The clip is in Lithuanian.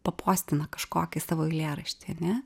papostina kažkokį savo eilėraštį ane